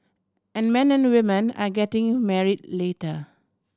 and men and women are getting married later